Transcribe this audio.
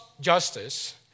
justice